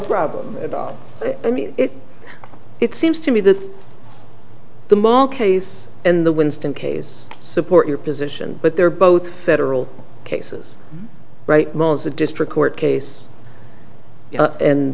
problem at all i mean it it seems to me that the mole case in the winston case support your position but they're both federal cases right moans the district court case and